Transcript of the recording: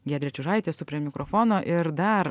giedrė čiužaitė esu prie mikrofono ir dar